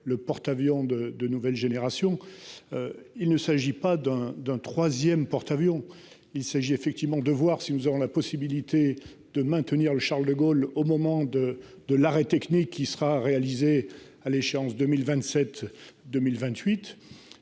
le porte-avions de de nouvelle génération. Il ne s'agit pas d'un d'un 3ème porte-avions. Il s'agit effectivement de voir si nous aurons la possibilité de maintenir le Charles de Gaulle, au moment de de l'arrêt technique qui sera réalisé à l'échéance 2027 2028